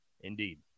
Indeed